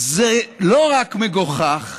זה לא רק מגוחך,